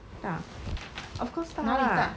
大 of course 大 lah